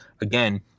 Again